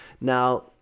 Now